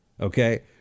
Okay